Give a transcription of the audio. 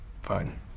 Fine